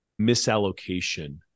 misallocation